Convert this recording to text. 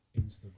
Instagram